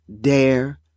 dare